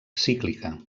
cíclica